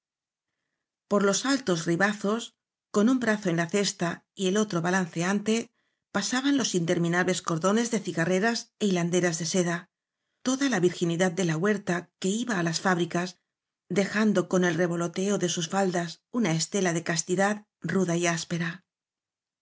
un brazo en la cesta y el otro balanceante pasaban los inter minables cordones de cigarreras é hilanderas de seda toda la virginidad de la huerta que iba á las fabricas dejando con el revoloteo de sus faldas una estela de castidad ruda y áspera